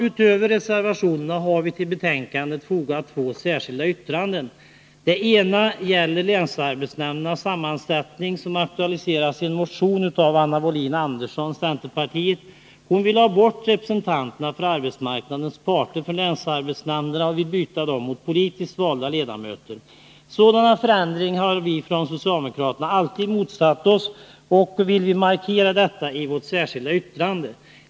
Utöver reservationerna har vi till betänkandet fogat två särskilda yttranden. Det ena gäller länsarbetsnämndernas sammansättning, som aktualiserats i en motion av Anna Wohlin-Andersson, centerpartiet. Hon vill byta ut representanterna för arbetsmarknadens parter i länsarbetsnämnderna mot politiskt valda ledamöter. Sådana förändringar har vi socialdemokrater alltid motsatt oss, och vi vill markera detta i vårt särskilda yttrande.